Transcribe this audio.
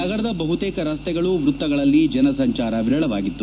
ನಗರದ ಬಹುತೇಕ ರಸ್ತೆಗಳು ವೃತ್ತಗಳಲ್ಲಿ ಜನಸಂಚಾರ ವಿರಳವಾಗಿತ್ತು